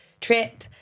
trip